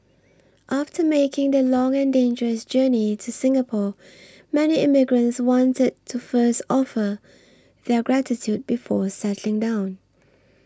after making the long and dangerous journey to Singapore many immigrants wanted to first offer their gratitude before settling down